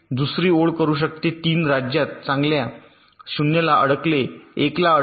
दुसरी ओळ करू शकते 3 राज्यात चांगल्या 0 ला अडकले 1 ला अडक